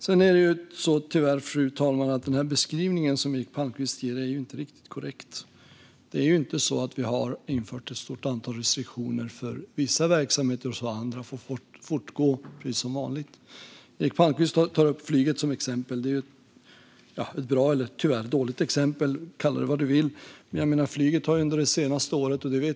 Sedan är det tyvärr så, fru talman, att den beskrivning som Eric Palmqvist ger inte är riktigt korrekt. Det är ju inte så att vi har infört ett stort antal restriktioner för vissa verksamheter medan andra får fortgå precis som vanligt. Eric Palmqvist tar upp flyget som ett exempel. Man kan kalla det för ett bra eller dåligt exempel.